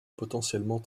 potentiellement